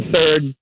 third